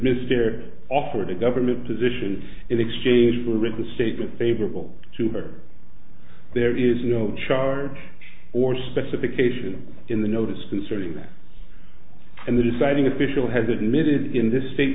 mr offered a government position in exchange for a written statement favorable to her there is no charge or specification in the notice concerning that and the deciding official has admitted in this